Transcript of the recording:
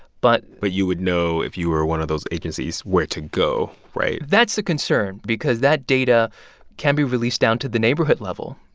but. but you would know, if you were one of those agencies, where to go, right? that's the concern because that data can be released down to the neighborhood level.